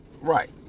Right